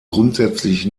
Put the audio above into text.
grundsätzlich